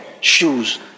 shoes